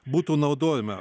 būtų naudojama